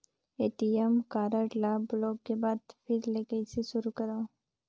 ATM card ल block के बाद फिर ले कइसे शुरू करव?